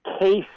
Case